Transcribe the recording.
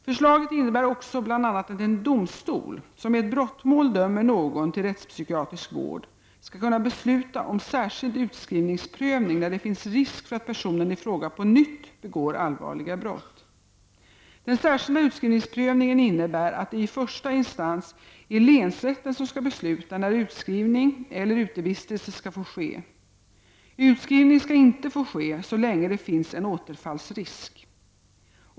Förslaget innebär också bl.a. att en domstol, som i ett brottmål dömer någon till rättspsykiatrisk vård, skall kunna besluta om särskild utskrivningsprövning när det finns risk för att personen i fråga på nytt begår allvarliga brott. Den särskilda utskrivningsprövningen innebär att det i första instans är länsrätten som skall besluta när utskrivning eller utevistelse skall få ske. Utskrivning skall inte få ske så länge det finns en återfallsrisk.